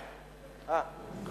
שאמה.